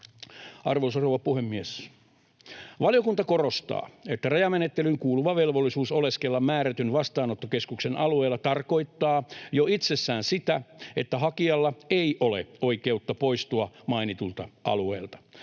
rouva puhemies! Valiokunta korostaa, että rajamenettelyyn kuuluva velvollisuus oleskella määrätyn vastaanottokeskuksen alueella tarkoittaa jo itsessään sitä, että hakijalla ei ole oikeutta poistua mainitulta alueelta.